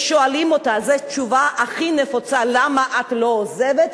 ושואלים אותה: למה את לא עוזבת?